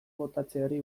botatzeari